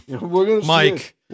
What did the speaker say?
Mike